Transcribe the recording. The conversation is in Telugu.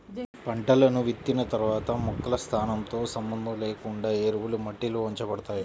పంటలను విత్తిన తర్వాత మొక్కల స్థానంతో సంబంధం లేకుండా ఎరువులు మట్టిలో ఉంచబడతాయి